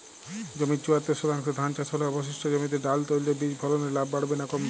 জমির চুয়াত্তর শতাংশে ধান চাষ হলে অবশিষ্ট জমিতে ডাল তৈল বীজ ফলনে লাভ বাড়বে না কমবে?